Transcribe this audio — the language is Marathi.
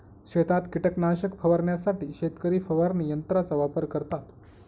शेतात कीटकनाशक फवारण्यासाठी शेतकरी फवारणी यंत्राचा वापर करतात